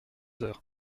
heures